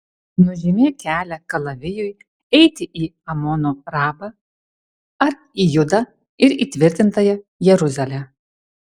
nužymėk kelią kalavijui eiti į amono rabą ar į judą ir įtvirtintąją jeruzalę